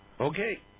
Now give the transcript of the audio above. Okay